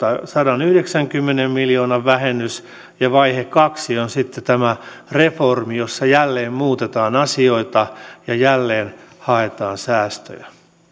sadanyhdeksänkymmenen miljoonan vähennys ja vaihe kaksi on sitten tämä reformi jossa jälleen muutetaan asioita ja jälleen haetaan säästöjä